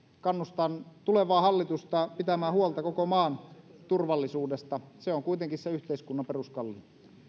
kannustan tulevaa hallitusta pitämään huolta koko maan turvallisuudesta se on kuitenkin se yhteiskunnan peruskallio